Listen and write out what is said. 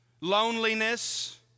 Loneliness